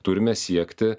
turime siekti